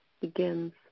begins